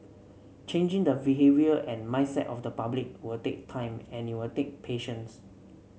changing the behaviour and mindset of the public will take time and it will take patience